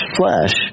flesh